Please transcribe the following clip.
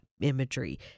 imagery